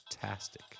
fantastic